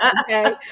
Okay